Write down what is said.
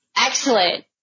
Excellent